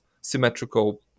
symmetrical